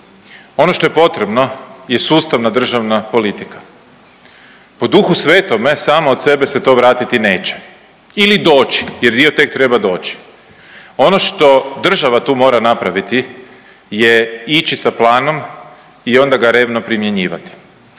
Ono što je potrebno je sustavna državna politika, po Duhu Svetome samo od sebe se to vratiti neće ili doći jer dio tek treba doći. Ono što država tu mora napraviti je ići sa planom i onda ga revno primjenjivati,